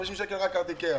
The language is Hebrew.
50 שקלים רק על הארטיקים.